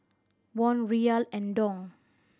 Won Riyal and Dong